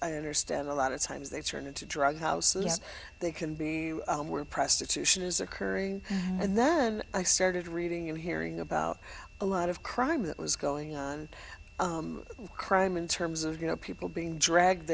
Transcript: i understand a lot of times they turn into drug houses they can be where prostitution is occurring and then i started reading and hearing about a lot of crime that was going on crime in terms of you know people being dragged